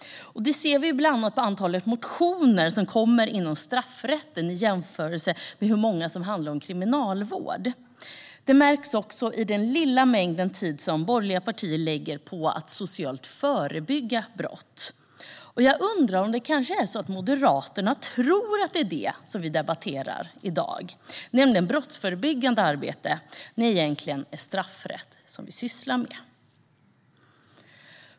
Det ser vi ju bland annat på antalet motioner som kommer inom straffrätten i jämförelse med hur många som handlar om kriminalvård. Det märks också i den lilla mängd tid som borgerliga partier lägger på att socialt förebygga brott. Jag undrar om det är det som Moderaterna tror att vi debatterar i dag, nämligen brottsförebyggande arbete, när det egentligen är straffrätt vi sysslar med.